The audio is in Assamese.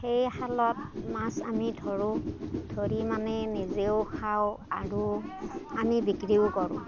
সেই খালত মাছ আমি ধৰোঁ ধৰি মানে নিজেও খাওঁ আৰু আমি বিক্ৰীও কৰোঁ